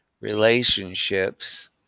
relationships